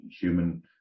human